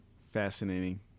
Fascinating